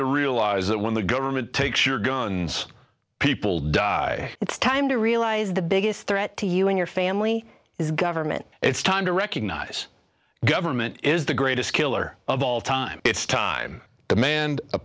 to realize that when the government takes your guns people die it's time to realize the biggest threat to you in your family is government it's time to recognize government is the greatest killer of all time it's time demand a